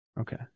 Okay